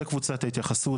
זה קבוצת ההתייחסות,